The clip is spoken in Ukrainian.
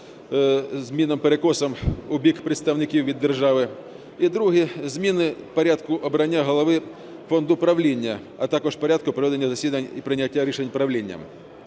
змінами, перекосом в бік представників від держави, і друге, зміни порядку обрання голови фонду правління, а також порядку проведення засідань і прийняття рішень правлінням,